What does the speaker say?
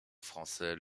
français